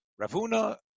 Ravuna